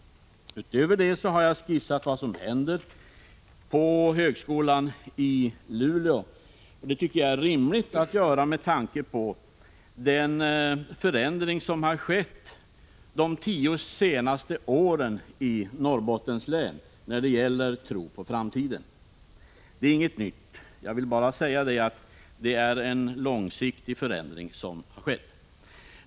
Utöver detta har jag skissat vad som händer på högskolan i Luleå. Det tycker jag är rimligt att göra med tanke på den förändring som de senaste tio åren har skett i Norrbottens län när det gäller tron på framtiden. Det är inget nytt. Jag ville bara säga att det är en långsiktig förändring som har skett.